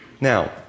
Now